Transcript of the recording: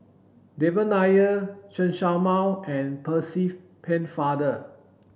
Devan Nair Chen Show Mao and Percy Pennefather